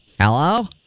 Hello